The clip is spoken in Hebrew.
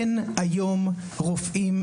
אין היום רופאים,